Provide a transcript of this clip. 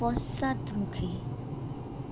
পশ্চাদমুখী